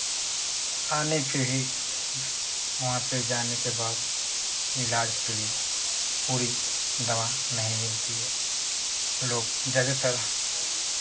आने पे ही वहाँ पे जाने के बाद इलाज के लिए पूरी दवा नहीं मिलती है लोग ज़्यादेतर